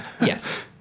yes